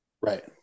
right